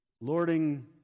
Lording